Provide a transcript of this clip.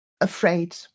afraid